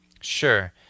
Sure